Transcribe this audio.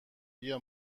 بیا